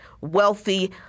wealthy